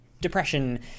depression